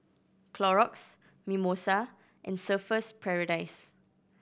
Clorox Mimosa and Surfer's Paradise